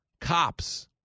cops